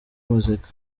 muzika